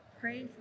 pray